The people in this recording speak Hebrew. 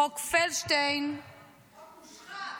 חוק פלדשטיין -- חוק מושחת.